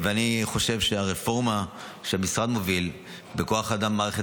אני חושב שהרפורמה שהמשרד מוביל בכוח האדם במערכת